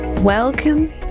Welcome